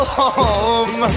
home